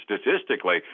Statistically